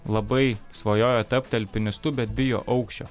labai svajojo tapti alpinistu bet bijo aukščio